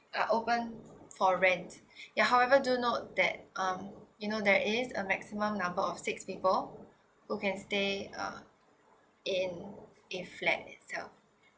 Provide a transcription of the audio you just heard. are open for rent ya however do note that um you know there is a maximum number of six people who can stay uh in in flat itself